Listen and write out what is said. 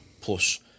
plus